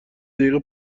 دقیقه